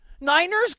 Niners